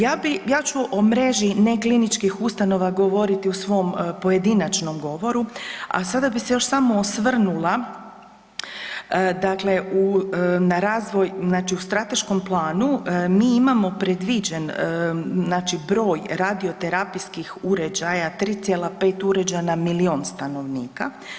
Ja bi, ja ću o mreži nekliničkih ustanova govoriti u svom pojedinačnom govoru, a sada bi se još samo osvrnula, dakle u, na razvoj znači u strateškom planu mi imamo predviđen znači broj radioterapijskih uređaja 3,5 uređaja na milion stanovnika.